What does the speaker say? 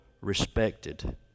respected